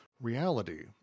reality